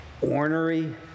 ornery